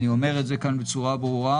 ואני אומר את זה כאן בצורה ברורה,